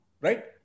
Right